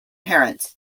parents